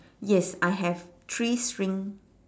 yes I have three string